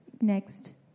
Next